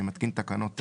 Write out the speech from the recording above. אני מתקין תקנות אלה: